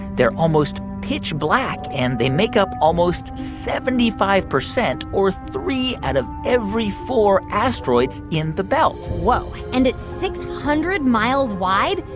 they're almost pitch black, and they make up almost seventy five percent or three out of every four asteroids in the belt whoa. and it's six hundred miles wide?